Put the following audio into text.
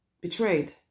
betrayed